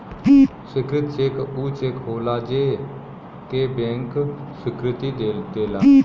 स्वीकृत चेक ऊ चेक होलाजे के बैंक स्वीकृति दे देला